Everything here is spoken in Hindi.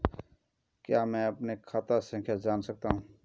क्या मैं अपनी खाता संख्या जान सकता हूँ?